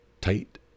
tight